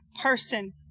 person